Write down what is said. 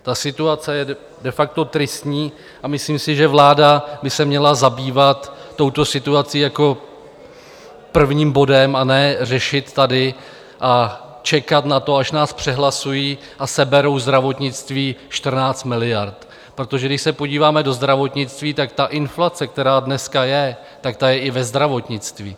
Ta situace je de facto tristní a myslím si, že vláda by se měla zabývat touto situací jako prvním bodem, a ne řešit tady a čekat na to, až nás přehlasují a seberou zdravotnictví 14 miliard, protože když se podíváme do zdravotnictví, tak ta inflace, která dneska je, tak ta je i ve zdravotnictví.